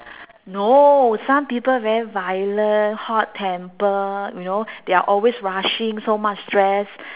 no some people very violent hot temper you know they're always rushing so much stress